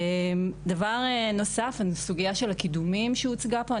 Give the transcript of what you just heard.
דבר נוסף בסוגיה של הקידומים שהוצגה פה,